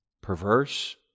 perverse